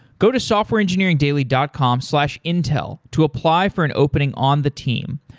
go to softwareengineeringdaily dot com slash intel to apply for an opening on the team.